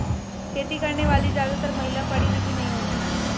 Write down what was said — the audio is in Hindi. खेती करने वाली ज्यादातर महिला पढ़ी लिखी नहीं होती